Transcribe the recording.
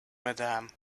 madam